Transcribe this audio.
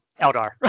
eldar